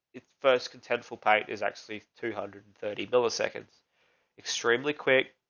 it's first contentful paint is actually two hundred and thirty milliseconds extremely quick,